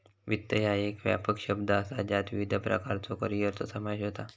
वित्त ह्या एक व्यापक शब्द असा ज्यात विविध प्रकारच्यो करिअरचो समावेश होता